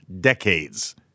decades